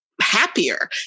happier